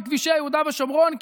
בכבישי יהודה ושומרון.